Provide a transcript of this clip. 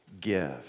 give